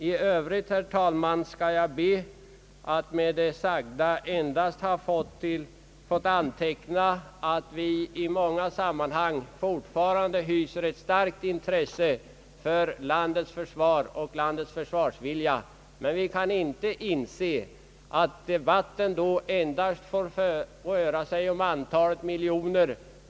I övrigt ber jag att till protokollet få antecknat att vi i många sammanhang hyser ett starkt intresse för landets försvar och dess försvarsvilja, men att vi inte kan inse att det endast skulle röra sig om antalet miljoner.